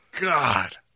God